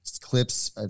clips